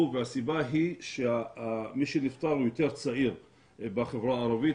והסיבה היא שמי שנפטר הוא יותר צעיר בחברה הערבית.